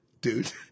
dude